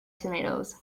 tomatoes